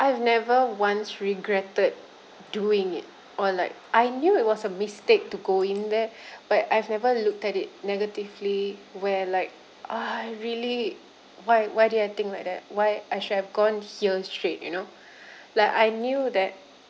I've never once regretted doing it or like I knew it was a mistake to go in there but I've never looked at it negatively where like ah I really why why did I think like that why I should have gone here straight you know like I knew that